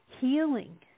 healing